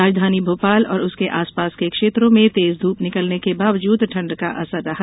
राजधानी भोपाल और उसके आसपास के क्षेत्रों में तेज धूप निकालने के बावजूद ठंड का असर रहा